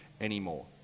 anymore